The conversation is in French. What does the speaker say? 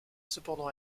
cependant